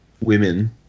women